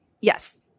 Yes